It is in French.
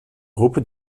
groupe